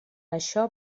això